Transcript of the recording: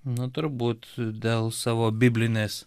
na turbūt dėl savo biblinės